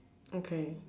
okay